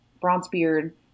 Bronzebeard